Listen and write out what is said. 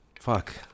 Fuck